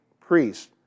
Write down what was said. priests